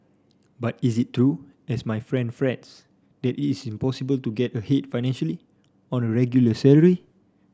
but is it true as my friend frets that it is impossible to get ahead financially on a regular salary